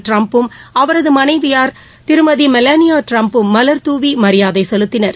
டிரம்பும் அவரது துணைவியார் திருமதி மெலனியா ட்டிரம்பும் மலர்தூவி மரியாதை செலுத்தினர்